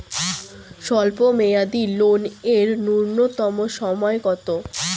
স্বল্প মেয়াদী লোন এর নূন্যতম সময় কতো?